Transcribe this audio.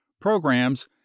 programs